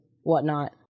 whatnot